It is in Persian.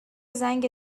زنگ